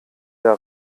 der